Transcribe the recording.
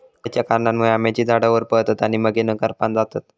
खयच्या कारणांमुळे आम्याची झाडा होरपळतत आणि मगेन करपान जातत?